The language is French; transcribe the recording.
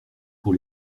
pour